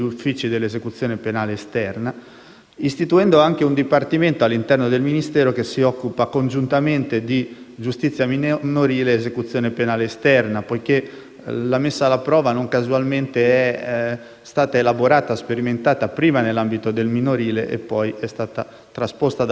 istituendo anche un Dipartimento all'interno del Ministero che si occupa congiuntamente di giustizia minorile ed esecuzione penale esterna, perché la messa alla prova non casualmente è stata elaborata e sperimentata prima nell'ambito del minorile e poi è stata trasposta dal legislatore anche nell'ambito degli adulti.